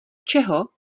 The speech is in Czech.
čeho